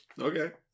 Okay